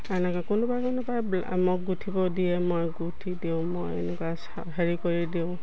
এনেকৈ কোনোবা কোনোবা ব মোক গুঠিব দিয়ে মই গুঠি দিওঁ মই এনেকুৱা চ হেৰি কৰি দিওঁ